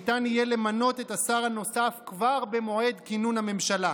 ניתן יהיה למנות את השר הנוסף כבר במועד כינון הממשלה,